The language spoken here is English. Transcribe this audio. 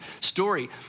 story